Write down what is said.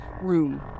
room